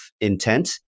intent